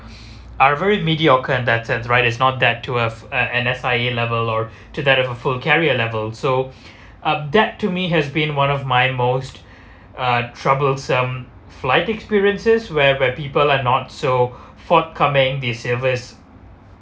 are very mediocre that sense right it's not that toward uh an an level or to that of a full carry a level so uh that to me has been one of my most uh troublesome flight experiences where where people are not so forthcoming the service